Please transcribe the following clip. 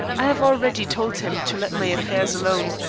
i have already told him to let my affairs alone.